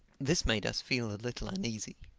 this made us feel a little uneasy.